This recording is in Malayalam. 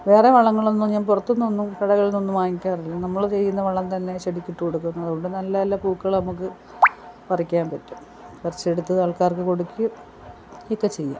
വേറെ വളങ്ങളൊന്നും ഞാൻ പുറത്തൂന്നൊന്നും കടകളിൽ നിന്നൊന്നും ഞാൻ വാങ്ങിക്കാറില്ല നമ്മൾ ചെയ്യുന്ന വളം തന്നെ ചെടിക്കിട്ട് കൊടുക്കുന്നത് കൊണ്ട് നല്ല നല്ല പൂക്കൾ നമുക്ക് പറിക്കാൻ പറ്റും പറിച്ചെടുത്ത് ആൾക്കാർക്ക് കൊടുക്കും ഒക്കെ ചെയ്യാം